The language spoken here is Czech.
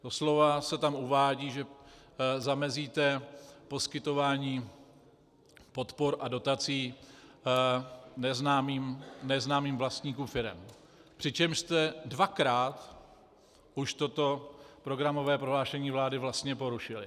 Doslova se tam uvádí, že zamezíte poskytování podpor a dotací neznámým vlastníkům firem, přičemž jste už dvakrát toto programové prohlášení vlády vlastně porušili.